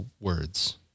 words